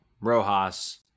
Rojas